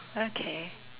okay